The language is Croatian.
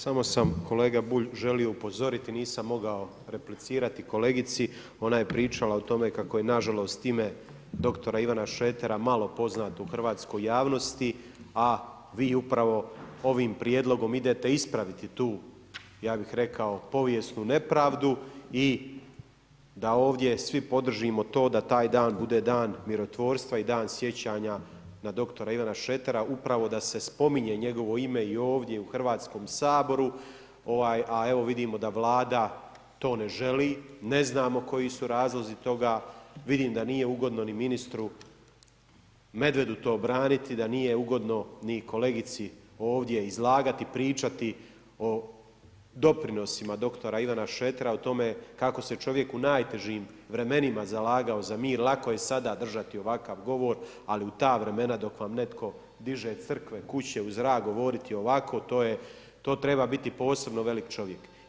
Samo sam kolega Bulj želio upozoriti, nisam mogao replicirati kolegici, ona je pričala o tome kako je nažalost ime dr. Ivana Šretera malo poznato u hrvatskoj javnosti a vi upravo ovim prijedlogom idete ispraviti tu, ja bih rekao povijesnu nepravdu i da ovdje svi podržimo to da taj dan bude dan mirotvorstva i dan sjećanja na dr. Ivana Šretera upravo da se spominje njegovo ime i ovdje u Hrvatskom saboru a evo vidimo da Vlada to ne želi, ne znamo koji su razlozi toga, vidim da nije ugodno ni ministru Medvedu to braniti, da nije ugodno ni kolegici ovdje izlagati, pričati o doprinosima dr. Ivana Šretera o tome kako se čovjek u najtežim vremenima zalagao za mir, lako je sada držati ovakav govor ali u ta vremena dok vam netko diže crkve, kuće u zrak govoriti ovako to treba biti posebno velik čovjek.